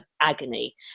agony